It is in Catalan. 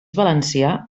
valencià